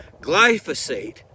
glyphosate